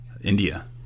india